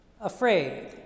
afraid